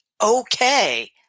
Okay